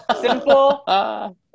Simple